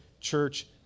church